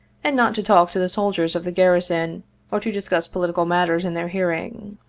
and not to talk to the soldiers of the garri son, or to discuss political matters in their hearing.